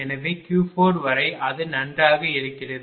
எனவே Q4 வரை அது நன்றாக இருக்கிறது